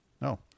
No